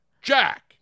Jack